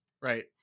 Right